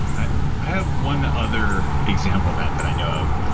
i have one other example of that, that i know of.